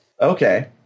Okay